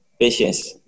patience